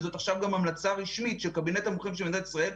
וזאת עכשיו גם המלצה רשמית של קבינט המומחים של מדינת ישראל,